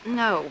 no